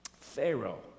Pharaoh